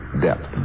depth